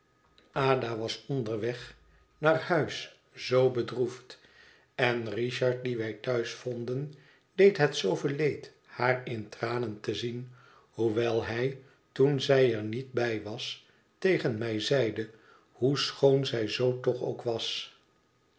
ada was onderweg naar huis zoo bedroefd en richard dien wij thuis vonden deed het zooveel leed haar in tranen te zien hoewel hij toen zij er niet bij was tegen mij zeide hoe schoon zij zoo toch ook was